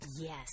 Yes